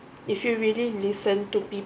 if you really listen to people